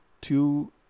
two